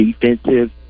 defensive